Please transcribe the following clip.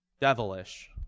devilish